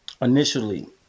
initially